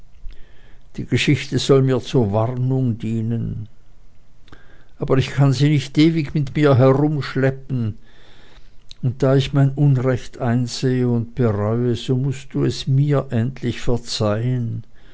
die geschichte soll mir zur warnung dienen aber ich kann sie nicht ewig mit mir herumschleppen und da ich mein un recht einsehe und bereue so mußt du es mir endlich verzeihen